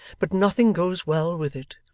but nothing goes well with it!